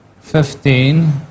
Fifteen